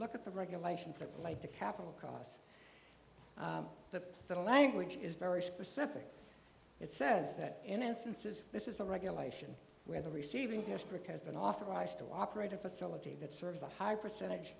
look at the regulations that bite the capital costs the the language is very specific it says that in instances this is a regulation where the receiving district has been authorized to operate a facility that serves a higher percentage